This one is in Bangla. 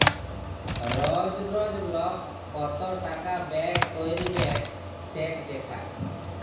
রজ রজ লক কত টাকা ব্যয় ক্যইরবেক সেট দ্যাখা